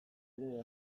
ere